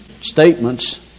statements